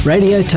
Radio